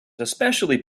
especially